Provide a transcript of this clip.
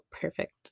Perfect